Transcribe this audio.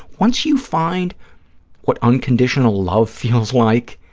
once you find what unconditional love feels like,